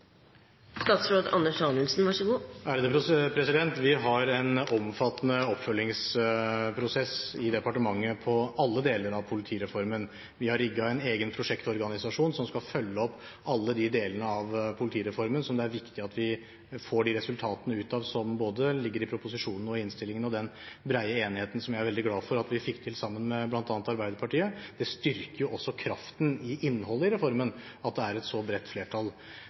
Vi har en omfattende oppfølgingsprosess i departementet når det gjelder alle deler av politireformen. Vi har rigget en egen prosjektorganisasjon som skal følge opp alle de delene av politireformen som det er viktig at vi får de resultatene ut av som ligger i både proposisjonen og innstillingen, og i den brede enigheten som jeg er veldig glad for at vi fikk til sammen med bl.a. Arbeiderpartiet. Det styrker også kraften i innholdet i reformen at det er et så bredt flertall.